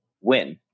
win